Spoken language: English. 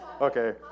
Okay